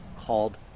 called